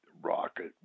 Rocket